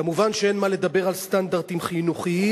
כמובן, אין מה לדבר על סטנדרטים חינוכיים,